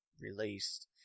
released